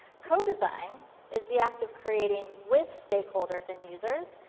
co-design is the act of creating with stakeholders and users,